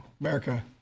America